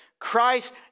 Christ